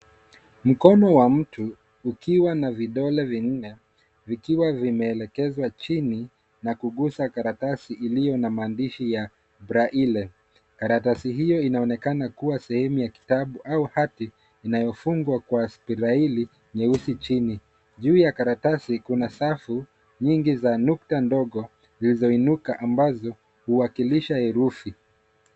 Mkono wa mtu ukiwa na vidole vinne, vikiwa vimeelekezwa chini na kugusa karatasi iliyo na maandishi ya braille . Karatasi hiyo inaonekana kuwa sehemu ya kitabu au hati inayofungwa kwa spraille nyeusi chini. Juu ya karatasi kuna safu nyingi za nukta ndogo zilizoinuka ambazo huwakilisha herufi.